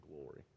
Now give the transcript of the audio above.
glory